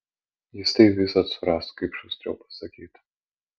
jis tai visad suras kaip šustriau pasakyt